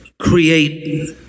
create